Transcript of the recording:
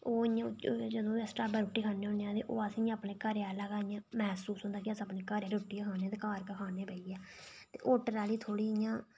ओह् इं'या जदूं बी अस ढाबे पर रुट्टी खन्ने होने आं ते बस मिगी इं'या महसूस होंदी की भई असें घर आह्ली गै रुट्टी खानी ऐ ते घर गै रुट्टी खानी ऐ ते होटल आह्ली थोह्ड़ी इं'या